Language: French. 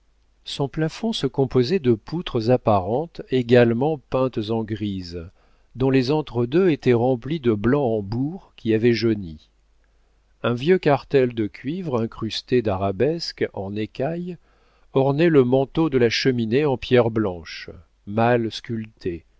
son plafond se composait de poutres apparentes également peintes en gris dont les entre-deux étaient remplis de blanc en bourre qui avait jauni un vieux cartel de cuivre incrusté d'arabesques en écaille ornait le manteau de la cheminée en pierre blanche mal sculpté